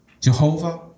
Jehovah